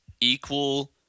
equal